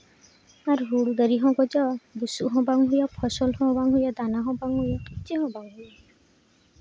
ᱟᱨ ᱦᱩᱲᱩ ᱫᱟᱨᱮ ᱦᱚᱸ ᱜᱚᱡᱚᱜᱼᱟ ᱵᱩᱥᱩᱵ ᱦᱚᱸ ᱵᱟᱝ ᱦᱩᱭᱩᱜᱼᱟ ᱯᱷᱚᱥᱚᱞ ᱦᱚᱸ ᱵᱟᱝ ᱦᱩᱭᱩᱜᱼᱟ ᱫᱟᱱᱟ ᱦᱚᱸ ᱵᱟᱝ ᱦᱩᱭᱩᱜᱼᱟ ᱪᱮᱫ ᱦᱚᱸ ᱵᱟᱝ ᱦᱩᱭᱩᱜᱼᱟ